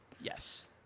Yes